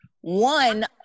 one